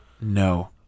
No